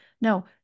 No